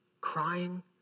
crying